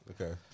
Okay